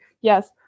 yes